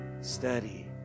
study